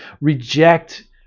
reject